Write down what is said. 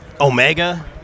Omega